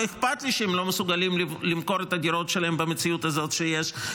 לא אכפת לי שהם לא מסוגלים למכור את הדירות שלהם במציאות הזאת שיש,